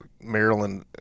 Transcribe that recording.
Maryland